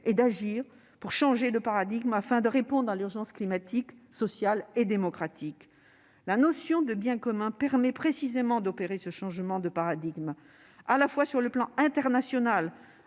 et d'agir pour changer de paradigmes afin de répondre à l'urgence climatique, sociale et démocratique. La notion de « bien commun » permet précisément d'opérer ce changement, à la fois sur les plans international,